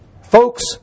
Folks